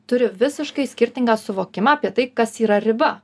turi visiškai skirtingą suvokimą apie tai kas yra riba